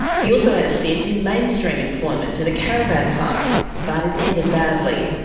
he also had a stint in mainstream employment at a caravan park but it ended badly.